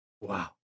Wow